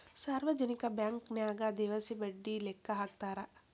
ಸಾರ್ವಜನಿಕ ಬಾಂಕನ್ಯಾಗ ದಿವಸ ಬಡ್ಡಿ ಲೆಕ್ಕಾ ಹಾಕ್ತಾರಾ